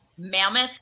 mammoth